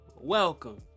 Welcome